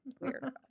Weird